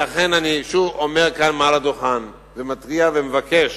לכן אני שוב אומר כאן מעל לדוכן, מתריע ומבקש